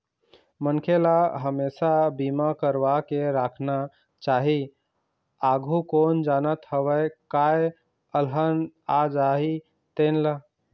मनखे ल हमेसा बीमा करवा के राखना चाही, आघु कोन जानत हवय काय अलहन आ जाही तेन ला